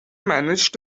managed